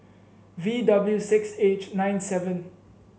V W six H nine seven